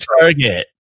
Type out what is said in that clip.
target